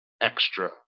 extra